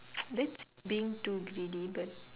that's being too greedy but